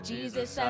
Jesus